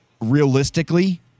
realistically